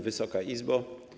Wysoka Izbo!